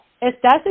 Estás